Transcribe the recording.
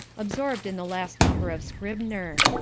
absorbed in the last number of scribner.